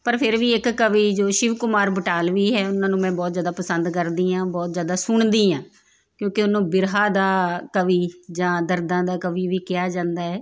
ਪਰ ਫਿਰ ਵੀ ਇੱਕ ਕਵੀ ਜੋ ਸ਼ਿਵ ਕੁਮਾਰ ਬਟਾਲਵੀ ਹੈ ਉਹਨਾਂ ਨੂੰ ਮੈਂ ਬਹੁਤ ਜ਼ਿਆਦਾ ਪਸੰਦ ਕਰਦੀ ਹਾਂ ਬਹੁਤ ਜ਼ਿਆਦਾ ਸੁਣਦੀ ਹਾਂ ਕਿਉਂਕਿ ਉਹਨੂੰ ਬਿਰਹਾ ਦਾ ਕਵੀ ਜਾਂ ਦਰਦਾਂ ਦਾ ਕਵੀ ਵੀ ਕਿਹਾ ਜਾਂਦਾ ਹੈ